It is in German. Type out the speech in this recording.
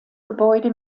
gebäude